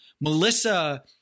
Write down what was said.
Melissa